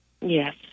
Yes